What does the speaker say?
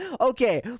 Okay